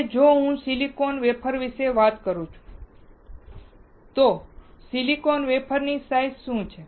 હવે જો હું સિલિકોન વેફર વિશે વાત કરું તો સિલિકોન વેફરની સાઈઝ શું છે